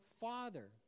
father